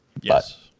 Yes